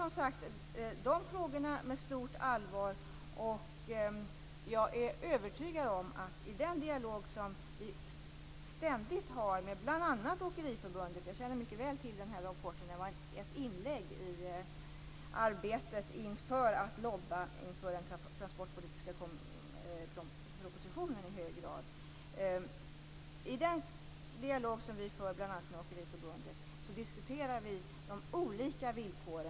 Som sagt, vi följer dessa frågor med stort allvar. Vi har en ständig dialog med Åkeriförbundet, och jag känner mycket väl till denna rapport. Den var i hög grad ett inslag i lobby-arbetet inför den transportpolitiska propositionen. I vår dialog med Åkeriförbundet diskuterar vi de olika villkoren.